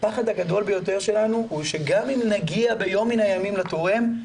הפחד הגדול ביותר שלנו הוא שגם אם נגיע ביום מן הימים לתורם,